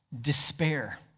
despair